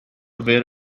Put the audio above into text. ver